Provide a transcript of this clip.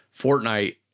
Fortnite